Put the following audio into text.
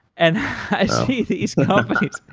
and i see these companies,